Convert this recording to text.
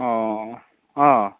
অঁ অঁ